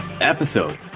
episode